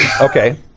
Okay